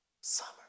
summer